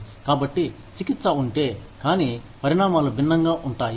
కాబట్టి చికిత్స ఒక్కటే కానీ పరిణామాలు భిన్నంగా ఉంటాయి